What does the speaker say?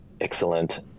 excellent